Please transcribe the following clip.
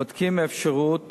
בודקים אפשרות